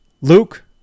Luke